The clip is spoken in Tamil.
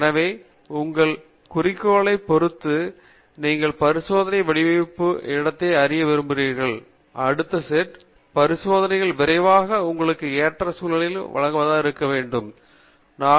எனவே உங்கள் குறிக்கோளைப் பொறுத்து நீங்கள் பரிசோதனை வடிவமைப்பு இடத்தை அறிய விரும்புகிறீர்கள் அடுத்த செட் பரிசோதனைகள் விரைவாக உங்களுக்கு ஏற்ற சூழ்நிலைகளுக்கு வழிவகுக்கும் என்பதைப் பார்க்கவும்